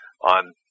on